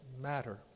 matter